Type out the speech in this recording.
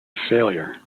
failure